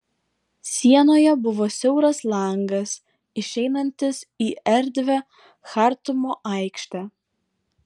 sienoje buvo siauras langas išeinantis į erdvią chartumo aikštę